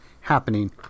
happening